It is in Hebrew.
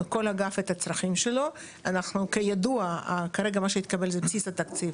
כל אגף העלה את צרכיו וכרגע מה שהתקבל זה בסיס התקציב